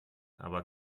aber